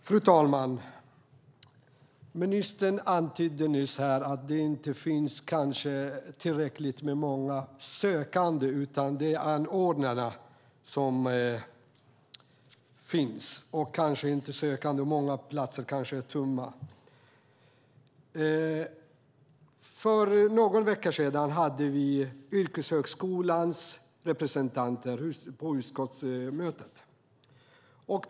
Fru talman! Ministern antydde nyss att det kanske inte finns tillräckligt många sökande men att det finns anordnare och att många platser står tomma. För någon vecka sedan hade vi yrkeshögskolans representanter på utskottsmötet.